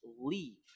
leave